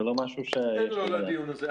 זה לא לדיון הזה.